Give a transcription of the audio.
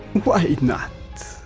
why not?